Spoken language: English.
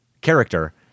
character